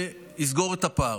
שיסגור את הפער.